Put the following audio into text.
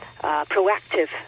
proactive